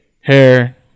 hair